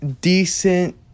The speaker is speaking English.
decent